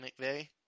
McVeigh